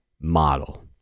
model